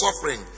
suffering